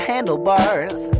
Handlebars